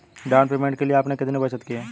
Down payment के लिए आपने कितनी बचत की है?